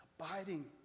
abiding